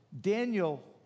Daniel